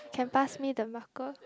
can pass me the marker